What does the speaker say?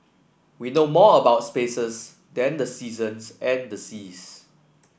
we know more about spaces than the seasons and the seas